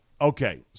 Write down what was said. Okay